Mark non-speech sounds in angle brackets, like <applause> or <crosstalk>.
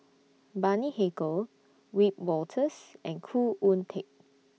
<noise> Bani Haykal Wiebe Wolters and Khoo Oon Teik